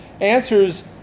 answers